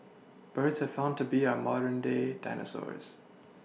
birds have found to be our modern day dinosaurs